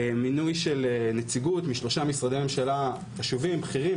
מינוי של נציגות משלושה משרדי ממשלה חשובים ובכירים,